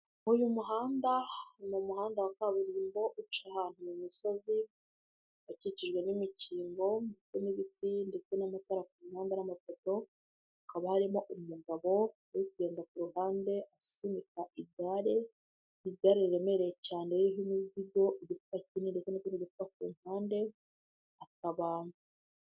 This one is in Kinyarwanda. Uyu muhanda, ni mu muhanda wa kaburimbo, uca ahantu mu misozi ukikijwe n'imikindo n'ibiti ndetse n'amatara ku muhanda n'amafoto, hakaba harimo umugabo uri kugenda ku ruhande asunika igare, igare riremereye cyane ry'imizigo, igifuka ndetse n'igikapu ku ruhande, akaba.